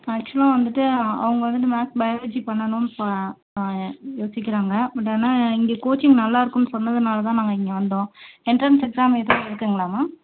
ஆக்ஷுவலாக வந்துவிட்டு அவங்க வந்துவிட்டு மேக்ஸ் பையாலஜி பண்ணணுன்னு ப யோசிக்கிறாங்க பட் ஆனால் இங்கே கோச்சிங் நல்லா இருக்குன்னு சொன்னதுனால தான் நாங்கள் இங்கே வந்தோம் எண்ட்ரன்ஸ் எக்ஸாம் எதுவும் இருக்குங்களா மேம்